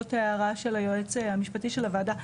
בעקבות ההערה של היועץ המשפטי של הוועדה,